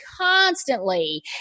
constantly